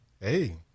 Hey